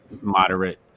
moderate